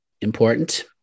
important